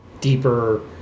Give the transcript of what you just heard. deeper